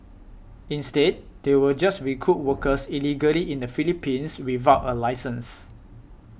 instead they will just recruit workers illegally in the Philippines without a licence